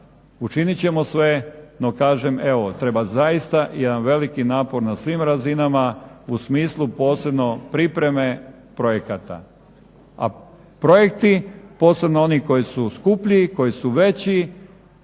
Učinit ćemo sve, no kažem, evo treba zaista jedan veliki napor na svim razinama u smislu posebno pripreme projekata. A projekti posebno oni koji su skuplji i koji su veći